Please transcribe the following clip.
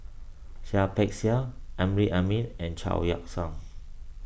Seah Peck Seah Amrin Amin and Chao Yoke San